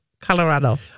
Colorado